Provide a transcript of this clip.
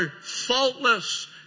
faultless